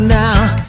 now